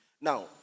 Now